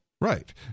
Right